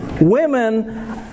Women